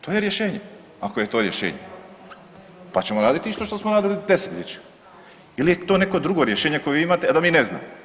To je rješenje ako je to rješenje pa ćemo raditi isto što smo radili desetljećima ili je to neko drugo rješenje koje vi imate, a da mi ne znamo.